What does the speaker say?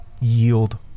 yield